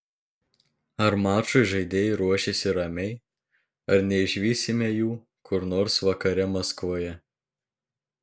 ar mačui žaidėjai ruošiasi ramiai ar neišvysime jų kur nors vakare maskvoje